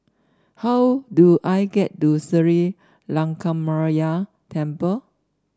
how do I get to Sri Lankaramaya Temple